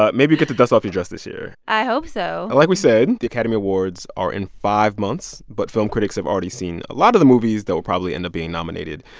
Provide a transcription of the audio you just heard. ah maybe you'll get the dust off your dress this year i hope so like we said, the academy awards are in five months. but film critics have already seen a lot of the movies that will probably end up being nominated.